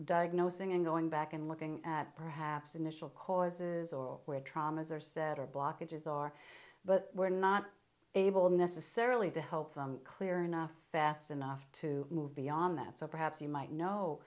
diagnosing and going back and looking at perhaps initial causes or where traumas or set of blockages are but we're not able necessarily to help them clear enough fast enough to move beyond that so perhaps you might